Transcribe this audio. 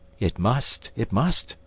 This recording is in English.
it must. it must,